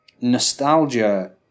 nostalgia